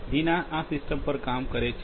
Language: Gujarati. ડીના આ સિસ્ટમ પર કામ કરે છે